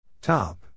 Top